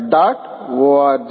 org